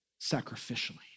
sacrificially